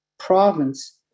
province